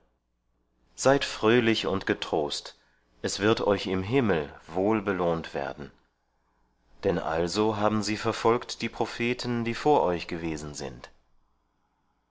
seid fröhlich und getrost es wird euch im himmel wohl belohnt werden denn also haben sie verfolgt die propheten die vor euch gewesen sind